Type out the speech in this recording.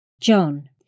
John